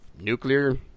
nuclear